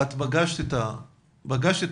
את פגשת את הילדים.